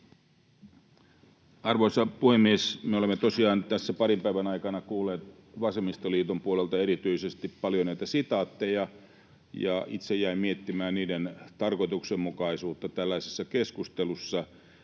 Arvoisa puhemies! Me olemme tosiaan tässä parin päivän aikana kuulleet vasemmistoliiton puolelta erityisen paljon sitaatteja. Itse jäin miettimään niiden tarkoituksenmukaisuutta tällaisessa keskustelussa,